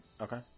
Okay